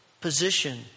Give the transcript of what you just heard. position